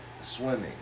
Swimming